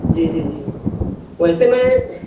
جی جی جی ویسے میں